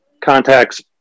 contacts